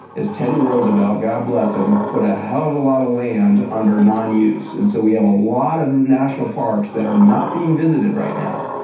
as teddy roosevelt, god bless him, put a hell of a lot of land under non-use. and so we have a lot of national parks that are not being visited right now.